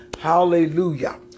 Hallelujah